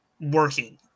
working